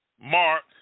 Mark